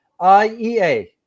iea